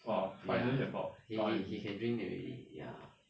ya he he he can drink already ya